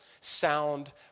sound